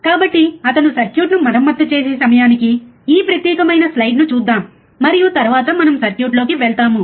కాబట్టి అతను సర్క్యూట్ను మరమ్మతు చేసే సమయానికి ఈ ప్రత్యేకమైన స్లయిడ్ను చూద్దాం మరియు తరువాత మనము సర్క్యూట్లోకి వెళ్తాము